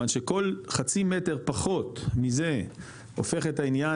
כלומר שכל חצי מטר פחות מזה הופך את העניין